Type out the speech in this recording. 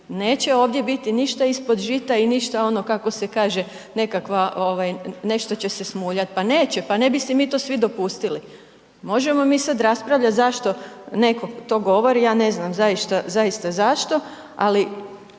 neće ovdje biti ništa ispod žita i ništa ono kako se kaže nekakva, ovaj nešto će se smuljati, pa neće, ne bi si mi to svi dopustili. Možemo mi sad raspravljati zašto netko to govori, ja ne znam zaista zašto, ali